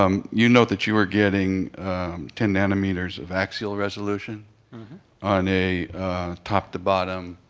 um you note that you were getting ten nanometers of axial resolution on a top to bottom